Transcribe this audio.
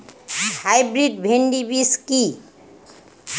Hybrid ভীন্ডি বীজ কি?